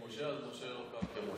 ממשה עד משה לא קם כמשה.